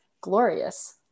glorious